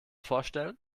vorstellen